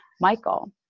Michael